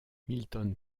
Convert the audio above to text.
milton